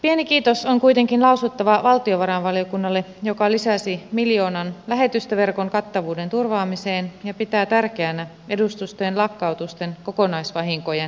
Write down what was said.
pieni kiitos on kuitenkin lausuttava valtiovarainvaliokunnalle joka lisäsi miljoonan lähetystöverkon kattavuuden turvaamiseen ja pitää tärkeänä edustustojen lakkautusten kokonaisvahinkojen arvioimista